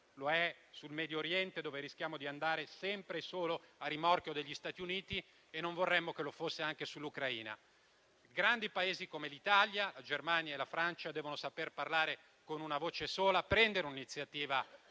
Lo è sul Medio Oriente, dove rischiamo di andare sempre e solo a rimorchio degli Stati Uniti, e non vorremmo che lo fosse anche sull'Ucraina. Grandi Paesi come l'Italia, la Germania e la Francia devono saper parlare con una voce sola, prendere un'iniziativa